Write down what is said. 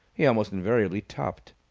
he almost invariably topped.